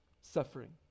suffering